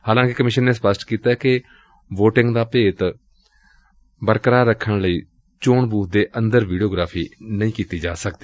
ਹਾਲਾਂਕਿ ਕਮਿਸ਼ਨ ਨੇ ਸਪੱਸ਼ਟ ਕੀਤਾ ਕਿ ਵੋਟਿੰਗ ਦਾ ਭੇਤ ਬਰਕਰਾਰ ਰੱਖਣ ਲਈ ਚੋਣ ਬੂਥ ਦੇ ਅੰਦਰ ਵੀਡੀਓਗ੍ਾਫ਼ੀ ਨਹੀ ਕੀਤੀ ਜਾਵੇਗੀ